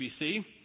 CBC